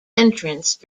entrance